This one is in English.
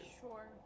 Sure